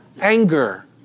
Anger